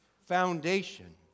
foundation